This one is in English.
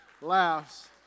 laughs